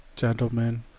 gentlemen